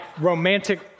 romantic